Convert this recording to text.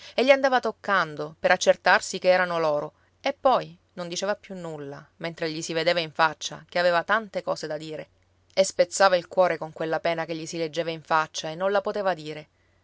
e li andava toccando per accertarsi che erano loro e poi non diceva più nulla mentre gli si vedeva in faccia che aveva tante cose da dire e spezzava il cuore con quella pena che gli si leggeva in faccia e non la poteva dire